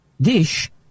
dish